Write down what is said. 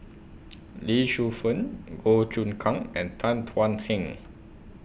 Lee Shu Fen Goh Choon Kang and Tan Thuan Heng